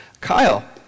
Kyle